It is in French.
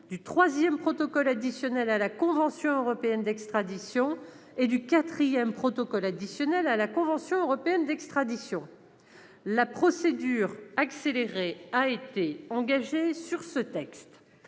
du troisième protocole additionnel à la convention européenne d'extradition et du quatrième protocole additionnel à la convention européenne d'extradition (projet n° 274, texte